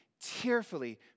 tearfully